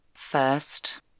first